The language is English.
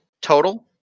total